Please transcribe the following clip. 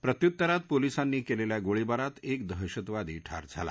प्रत्युत्तरात पोलिसांनी कलिखा गोळीबारात एक दहशतवादी ठार झाला